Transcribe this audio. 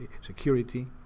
security